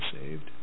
saved